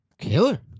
Killer